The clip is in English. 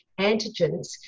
antigens